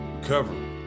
recovery